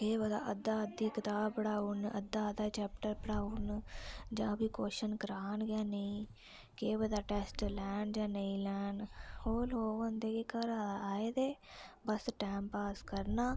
केह् पता अद्दा अद्दी कताब पढ़ाई ओड़न अद्दा अद्दा चैप्टर पढ़ाई ओड़न जां फ्ही कोस्चन करान गै नेईं केह् पता टैस्ट लैन जां नेईं लैन ओह् लोग होंदे कि घरा दा आये ते बस टैम पास करना